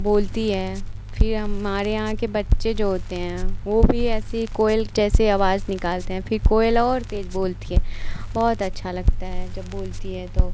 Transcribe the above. बोलती है फिर हमारे यहाँ के बच्चे जो होते हैं वह भी ऐसे ही कोयल के जैसी आवाज़ निकालते हैं फिर कोयल और तेज बोलती है बहुत अच्छा लगता है जब बोलती है तो